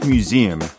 Museum